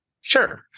Sure